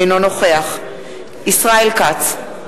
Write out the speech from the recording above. אינו נוכח ישראל כץ,